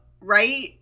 right